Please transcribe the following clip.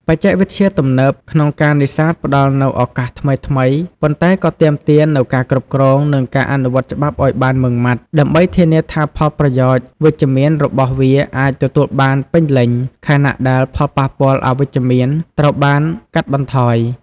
បច្ចេកវិទ្យាទំនើបក្នុងការនេសាទផ្តល់នូវឱកាសថ្មីៗ ប៉ុន្តែក៏ទាមទារនូវការគ្រប់គ្រង និងការអនុវត្តច្បាប់ឲ្យបានម៉ឺងម៉ាត់ ដើម្បីធានាថាផលប្រយោជន៍វិជ្ជមានរបស់វាអាចទទួលបានពេញលេញ ខណៈដែលផលប៉ះពាល់អវិជ្ជមានត្រូវបានកាត់បន្ថយ។